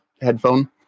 headphone